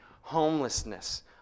homelessness